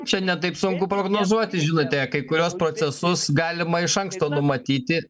čia ne taip sunku prognozuoti žinote kai kuriuos procesus galima iš anksto numatyti